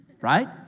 right